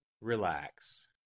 Relax